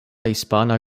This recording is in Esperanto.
hispana